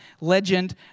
legend